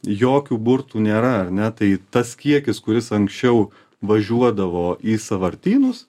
jokių burtų nėra ar ne tai tas kiekis kuris anksčiau važiuodavo į sąvartynus